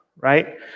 Right